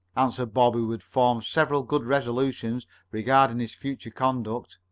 answered bob, who had formed several good resolutions regarding his future conduct.